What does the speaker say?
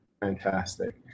Fantastic